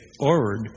forward